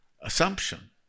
assumption